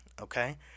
okay